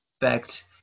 effect